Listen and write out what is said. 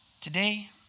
today